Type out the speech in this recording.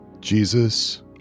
jesus